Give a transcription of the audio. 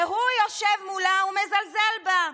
והוא יושב מולה ומזלזל בה.